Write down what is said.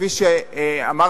כפי שאמרתי,